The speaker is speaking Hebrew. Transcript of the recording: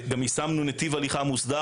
גם יישמנו נתיב הליכה מוסדר,